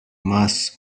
mass